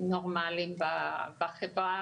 נורמליים בחברה,